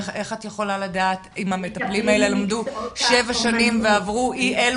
איך את יכולה לדעת אם המטפלים האלה למדו שבע שנים ועברו אי-אילו